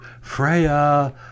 Freya